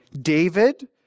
David